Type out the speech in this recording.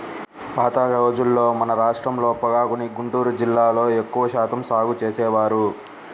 పాత రోజుల్లో మన రాష్ట్రంలో పొగాకుని గుంటూరు జిల్లాలో ఎక్కువ శాతం సాగు చేసేవారు